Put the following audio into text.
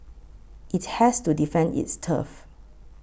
it's has to defend its turf